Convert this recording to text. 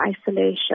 isolation